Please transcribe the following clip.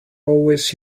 always